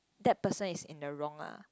that person is in the wrong ah